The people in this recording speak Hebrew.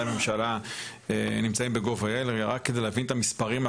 הממשלה נמצאים ב- .gov.ilרק כדי להבין את המספרים,